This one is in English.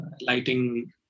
lighting